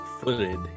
footed